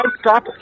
stop